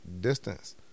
distance